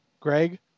Greg